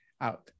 out